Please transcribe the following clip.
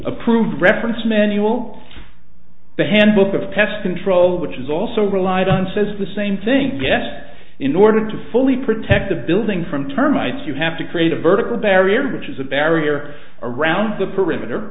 approved reference manual the handbook of pest control which is also relied on says the same thing yes in order to fully protect the building from termites you have to create a vertical barrier which is a barrier around the perimeter